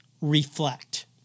reflect